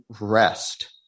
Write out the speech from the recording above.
rest